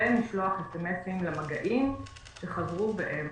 ומשלוח SMS למגעים שחזרו והם